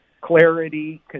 clarity